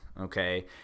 okay